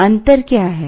अंतर क्या है